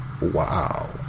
Wow